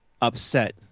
upset